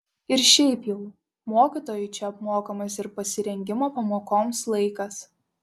ir šiaip jau mokytojui čia apmokamas ir pasirengimo pamokoms laikas